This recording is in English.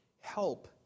help